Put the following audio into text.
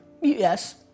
Yes